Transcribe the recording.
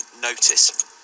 notice